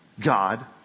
God